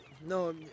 no